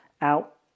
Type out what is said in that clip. out